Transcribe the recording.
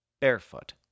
barefoot